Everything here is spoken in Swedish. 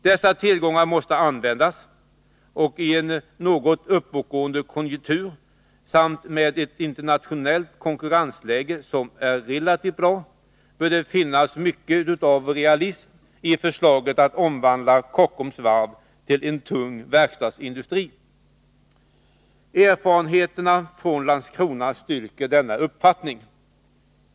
Dessa tillgångar måste användas, och i en något uppåtgående konjunktur samt med ett internationellt konkurrensläge som är relativt bra, bör det finnas mycket av realism i förslaget att omvandla Kockums Varv till en tung verkstadsindustri. Erfarenheterna från Landskrona styrker denna uppfattning.